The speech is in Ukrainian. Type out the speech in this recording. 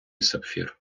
сапфір